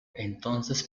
entonces